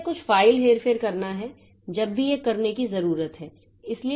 तो यह कुछ फ़ाइल हेरफेर करना है जब भी यह करने की जरूरत है